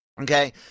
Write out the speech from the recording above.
okay